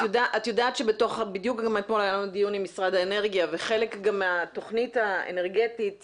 אתמול היה לנו דיון עם משרד האנרגיה וחלק מהתוכנית האנרגתית